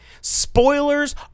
Spoilers